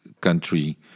country